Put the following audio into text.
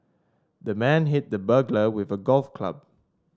the man hit the burglar with a golf club